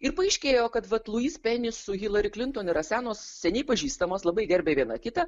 ir paaiškėjo kad luis peni su hillary klinton yra senos seniai pažįstamos labai gerbia viena kitą